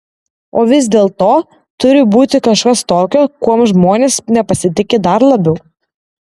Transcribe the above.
o vis dėlto turi būti kažkas tokio kuom žmonės nepasitiki dar labiau